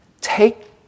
take